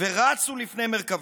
ורצו לפני מרכבתו.